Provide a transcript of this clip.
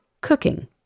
cooking